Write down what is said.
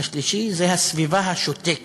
השלישי זה הסביבה השותקת.